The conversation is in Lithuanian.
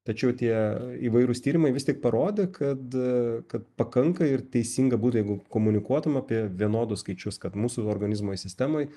tačiau tie įvairūs tyrimai vis tik parodė kad kad pakanka ir teisinga būtų jeigu komunikuotum apie vienodus skaičius kad mūsų organizmo sistemoj